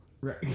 Right